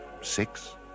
Six